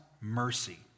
mercy